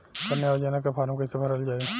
कन्या योजना के फारम् कैसे भरल जाई?